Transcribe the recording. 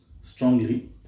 strongly